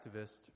activist